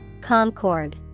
Concord